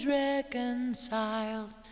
reconciled